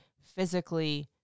physically